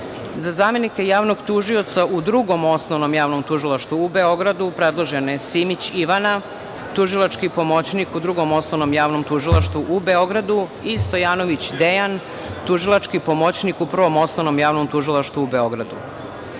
zamenika javnog tužioca u Drugom osnovnom javnom tužilaštvu u Beogradu predložena je Simić Ivana, tužilački pomoćnik u Drugom osnovnom javnom tužilaštvu u Beogradu i Stojanović Dejan, tužilački pomoćnik u Prvom osnovnom javnom tužilaštvu u Beogradu.Za